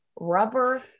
rubber